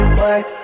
work